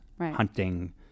hunting